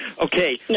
Okay